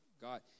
God